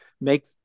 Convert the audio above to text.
make